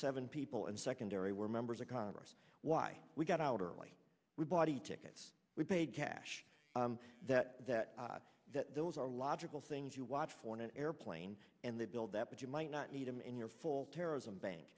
seven people in secondary were members of congress why we got out early we bought a ticket we paid cash that that that those are logical things you watch for in an airplane and they build that but you might not need them in your full terrorism ban